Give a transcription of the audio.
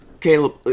Caleb